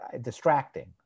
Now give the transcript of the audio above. distracting